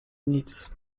nic